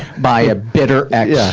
by a bitter ex. yeah